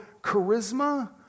charisma